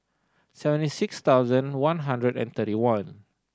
seventy six thousand one hundred and thirty one